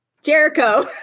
Jericho